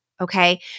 Okay